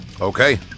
okay